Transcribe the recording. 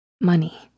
money